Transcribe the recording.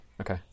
okay